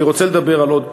אני רוצה לדבר על עוד